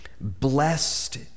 blessed